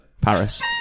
Paris